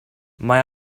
mae